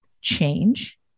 change